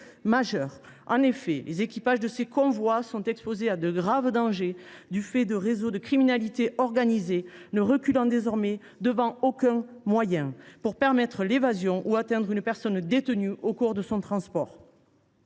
En effet, les équipages de ces convois sont exposés à de graves dangers du fait de réseaux de criminalité organisée ne reculant désormais devant aucun moyen pour permettre l’évasion ou atteindre une personne détenue au cours de son transport.